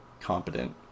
competent